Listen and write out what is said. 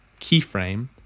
keyframe